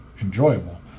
enjoyable